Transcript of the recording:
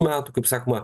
metų kaip sakoma